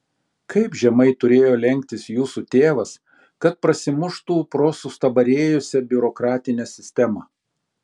kaip žemai turėjo lenktis jūsų tėvas kad prasimuštų pro sustabarėjusią biurokratinę sistemą